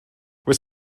oes